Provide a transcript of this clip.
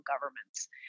governments